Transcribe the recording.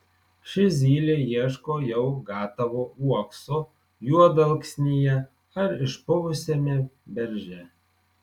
ši zylė ieško jau gatavo uokso juodalksnyje ar išpuvusiame berže